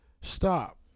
stop